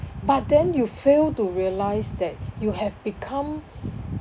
but then you fail to realise that you have become